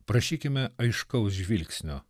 prašykime aiškaus žvilgsnio